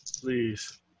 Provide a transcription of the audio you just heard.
Please